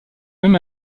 même